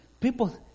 people